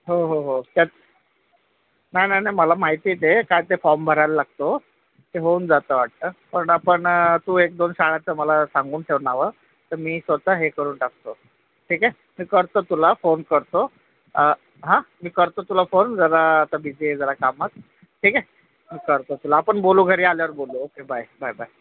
हो हो हो त्यात नाही नाही नाही मला माहित आहे ते काय ते फॉर्म भरायला लागतो ते होऊन जातं वाटतं पण आपण तू एक दोन शाळाचं मला सांगून ठेव नावं तर मी स्वत हे करून टाकतो ठीक आहे मी करतो तुला फोन करतो हां मी करतो तुला फोन जरा आता बिजी आहे जरा कामात ठीक आहे मी करतो तुला आपण बोलू घरी आल्यावर बोलू ओके बाय बाय बाय